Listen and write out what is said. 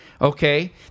Okay